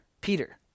Peter